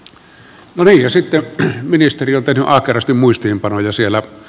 no niin ministeri on tehnyt ahkerasti muistiinpanoja siellä